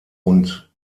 und